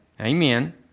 amen